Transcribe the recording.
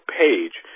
page